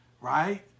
right